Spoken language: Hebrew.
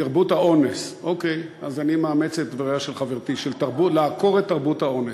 קוראים לזה תרבות האונס.